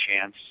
chance